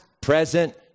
present